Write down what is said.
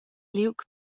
liug